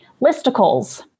listicles